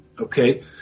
okay